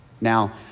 Now